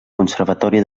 conservatori